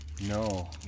No